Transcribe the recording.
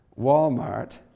Walmart